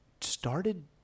started